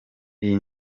iyi